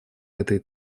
этой